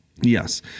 Yes